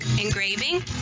engraving